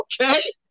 Okay